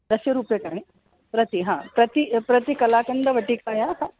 दशरूप्यकाणि प्रति हा प्रति प्रति कलाकन्दवटिकायाः